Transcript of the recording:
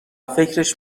فکرش